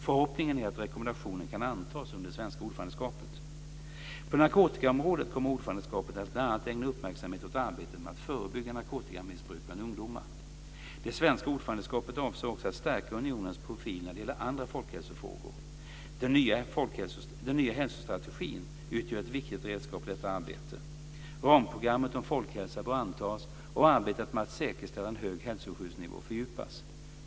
Förhoppningen är att rekommendationen kan antas under det svenska ordförandeskapet. På narkotikaområdet kommer ordförandeskapet att bl.a. ägna uppmärksamhet åt arbetet med att förebygga narkotikamissbruk bland ungdomar. Det svenska ordförandeskapet avser också att stärka unionens profil när det gäller andra folkhälsofrågor. Den nya hälsostrategin utgör ett viktigt redskap i detta arbete. Ramprogrammet om folkhälsa bör antas och arbetet med att säkerställa en hög hälsoskyddsnivå fördjupas.